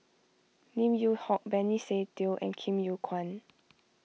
Lim Yew Hock Benny Se Teo and Kim Yew Kuan